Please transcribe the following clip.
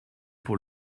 pour